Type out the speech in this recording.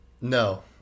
No